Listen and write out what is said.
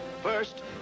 First